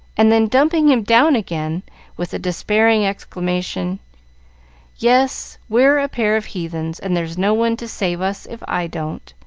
and then dumping him down again with the despairing exclamation yes, we're a pair of heathens, and there's no one to save us if i don't.